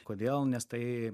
kodėl nes tai